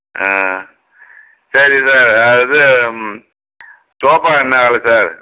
ஆ சரி சார் வேறு இது சோஃபா என்ன வெலை சார்